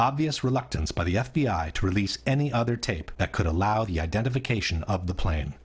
obvious reluctance by the f b i to release any other tape that could allow the identification of the plane